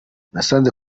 nasanze